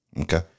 Okay